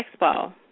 Expo